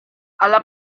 alla